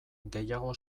gehiago